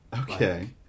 okay